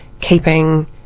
keeping